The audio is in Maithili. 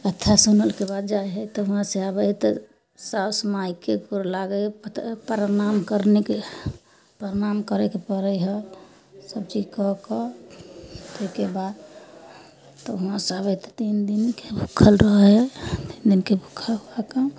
कथा सुनैके बाद जाइ है तऽ वहाँ से आबै है तऽ साओस माइके गोर लागै है पुतोहू प्रणाम करिके प्रणाम करिके परै है सब चीज कऽ कऽ ओहिके बाद तब वहाँ से आबै है तऽ तीन दिनोके भूक्खल रहै है तीन दिनके भूक्खल होकऽ